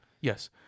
Yes